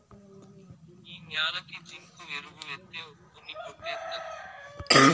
ఈ న్యాలకి జింకు ఎరువు ఎత్తే ఉప్పు ని కొట్టేత్తది